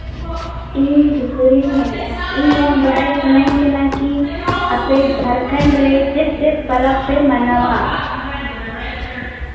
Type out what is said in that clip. ᱤᱧ ᱥᱩᱥᱟᱹᱨᱤᱭᱟᱹᱧ ᱢᱮᱱᱮᱫᱼᱟ ᱤᱧ ᱱᱚᱣᱟ ᱵᱟᱰᱟᱭ ᱥᱟᱱᱟᱧ ᱠᱤ ᱟᱯᱮ ᱡᱷᱟᱲᱠᱷᱟᱱᱰ ᱨᱮ ᱪᱮᱫ ᱪᱮᱫ ᱯᱟᱨᱟᱵᱽ ᱯᱮ ᱢᱟᱱᱟᱣᱟ